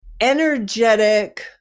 energetic